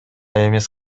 эмес